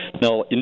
Now